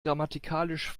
grammatikalisch